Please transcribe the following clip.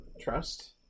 Trust